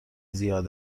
زیاد